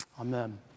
Amen